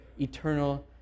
eternal